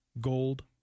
gold